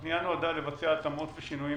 הפנייה נועדה לבצע התאמות ושינויים